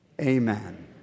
amen